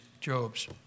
Job's